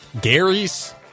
Gary's